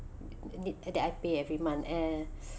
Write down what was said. need that I pay every month uh